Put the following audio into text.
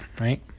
right